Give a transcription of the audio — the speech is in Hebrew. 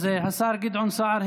השר גדעון סער,